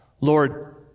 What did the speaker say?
Lord